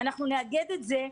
אנחנו נאגד את זה,